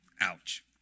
ouch